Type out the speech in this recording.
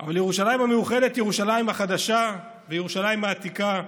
אבל ירושלים המאוחדת היא ירושלים החדשה וירושלים העתיקה.